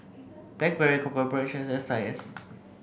blackberry Copper Ridge and S I S